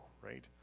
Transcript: right